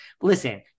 Listen